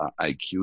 IQ